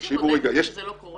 מישהו בודק שזה לא קורה?